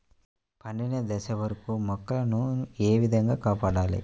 పండిన దశ వరకు మొక్కల ను ఏ విధంగా కాపాడాలి?